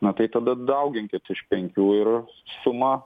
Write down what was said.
na tai tada dauginkit iš penkių ir suma